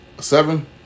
seven